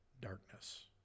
darkness